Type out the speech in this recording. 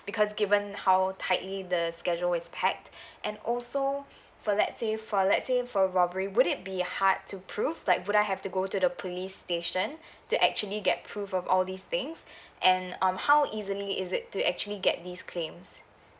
because given how tightly the schedule is packed and also for let's say for let's say for robbery would it be hard to prove like would I have to go to the police station to actually get proof for all these things and um how easily is it to actually get this claims